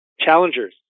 challengers